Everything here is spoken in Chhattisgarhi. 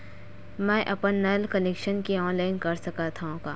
मैं अपन नल कनेक्शन के ऑनलाइन कर सकथव का?